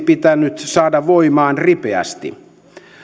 pitänyt saada voimaan ripeästi